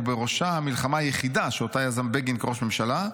ובראשה המלחמה היחידה שאותה יזם בגין כראש ממשלה: